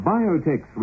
Biotech